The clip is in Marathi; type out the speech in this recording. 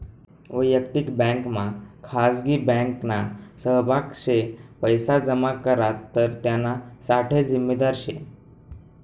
वयक्तिक बँकमा खाजगी बँकना सहभाग शे पैसा जमा करात तर त्याना साठे जिम्मेदार शे